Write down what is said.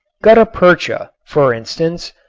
gutta percha, for instance,